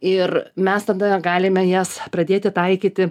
ir mes tada galime jas pradėti taikyti